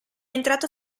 entrato